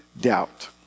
doubt